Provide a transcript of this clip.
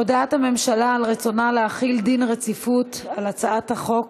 הודעת הממשלה על רצונה להחיל דין רציפות על הצעת חוק